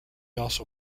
also